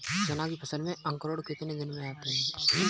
चना की फसल में अंकुरण कितने दिन में आते हैं?